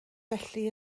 felly